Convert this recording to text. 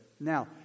Now